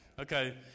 Okay